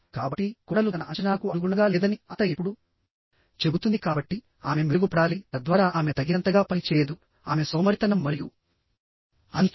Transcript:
కాబట్టికోడలు తన అంచనాలకు అనుగుణంగా లేదని అత్త ఎప్పుడూ చెబుతుంది కాబట్టిఆమె మెరుగుపడాలి తద్వారా ఆమె తగినంతగా పని చేయదు ఆమె సోమరితనం మరియు అంతే